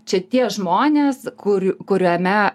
čia tie žmonės kur kuriame